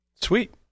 Sweet